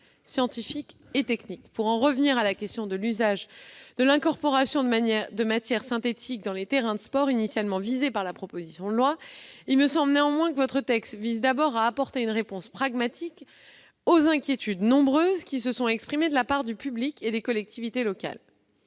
scientifique et technique. Pour en revenir à la question de l'usage et de l'incorporation de matières synthétiques dans les terrains de sport, initialement visés par la proposition de loi, il me semble que ce texte a d'abord pour objet d'apporter une réponse pragmatique aux nombreuses inquiétudes exprimées par le public et les collectivités locales.